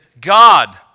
God